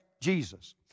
Jesus